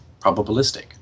probabilistic